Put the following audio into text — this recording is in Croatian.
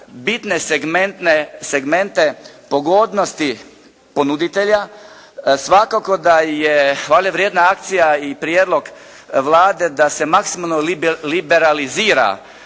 bitne segmente pogodnosti ponuditelja, svakako da je hvale vrijedna akcija i prijedlog Vlade da se maksimalno liberalizira